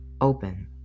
open